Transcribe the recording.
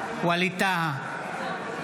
בעד ווליד טאהא,